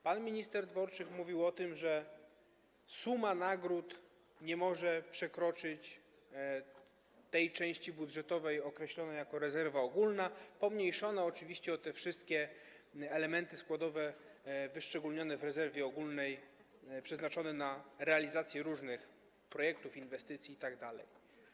Pan minister Dworczyk mówił o tym, że suma nagród nie może przekroczyć tej części budżetowej określonej jako rezerwa ogólna pomniejszona oczywiście o te wszystkie elementy składowe wyszczególnione w rezerwie ogólnej, przeznaczone na realizację różnych projektów, inwestycji itd.